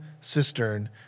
cistern